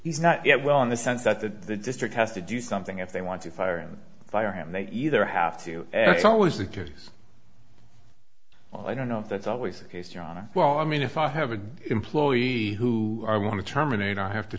he's not yet well in the sense that the district has to do something if they want to fire and fire him they either have to x always the case well i don't know that's always the case you're on a well i mean if i have an employee who i want to terminate i have to